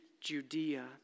Judea